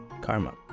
Karma